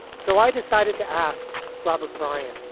so i decided to ask robert bryant,